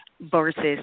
Versus